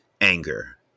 anger